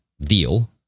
deal